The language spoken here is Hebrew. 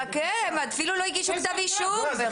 חכה, הם אפילו לא הגישו כתב אישום.